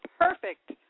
perfect